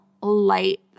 light